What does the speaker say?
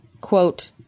quote